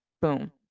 boom